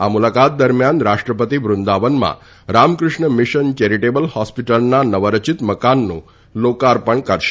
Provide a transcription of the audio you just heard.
આ મુલાકાત દરમિયાન રાષ્ટ્રપતિ વૃદાવનમાં રામકૃષ્ણ મિશન ચેરીટેબલ હોસ્પીટલના નવરચિત મકાનનું લોકાર્પણ કરશે